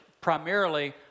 primarily